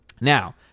Now